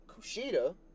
Kushida